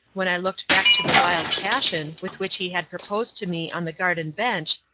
when i looked back to the wild passion with which he had proposed to me on the garden bench,